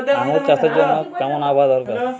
আঙ্গুর চাষের জন্য কেমন আবহাওয়া দরকার?